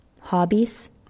hobbies